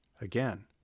again